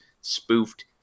spoofed